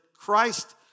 Christ